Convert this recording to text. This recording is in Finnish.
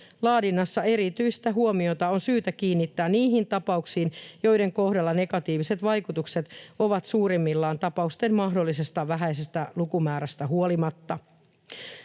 laadinnassa on syytä kiinnittää erityistä huomiota niihin tapauksiin, joiden kohdalla negatiiviset vaikutukset ovat suurimmillaan tapausten mahdollisesta vähäisestä lukumäärästä huolimatta.